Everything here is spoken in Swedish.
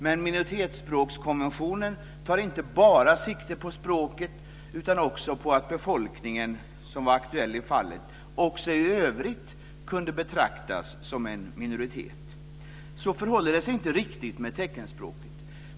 Men minoritetsspråkskonventionen tar inte bara sikte på språket utan också på att befolkningen i det aktuella fallet också i övrigt kunde betraktas som en minoritet. Så förhåller det sig inte riktigt med teckenspråket.